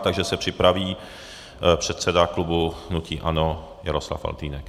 Takže se připraví předseda klubu hnutí ANO Jaroslav Faltýnek.